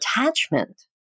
attachment